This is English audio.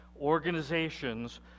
organizations